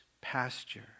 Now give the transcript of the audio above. pasture